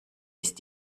ist